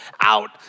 out